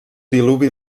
diluvi